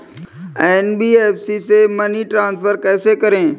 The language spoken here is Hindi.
एन.बी.एफ.सी से मनी ट्रांसफर कैसे करें?